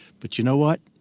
but you know what,